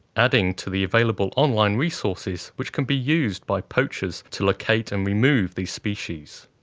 adding to the available online resources which can be used by poachers to locate and remove these species.